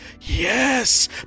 yes